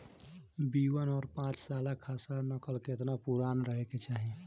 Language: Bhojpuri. बी वन और पांचसाला खसरा नकल केतना पुरान रहे के चाहीं?